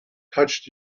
touched